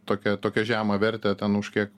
tokia tokią žemą vertę ten už kiek